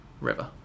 River